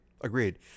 Agreed